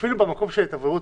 אפילו במקום של התאווררות,